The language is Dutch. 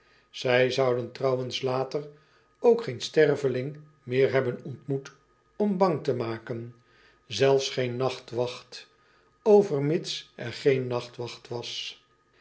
ij zouden trouwens later ook geen sterveling meer hebben ontmoet om bang te maken zelfs geen nachtwacht overmits er geen nachtwacht was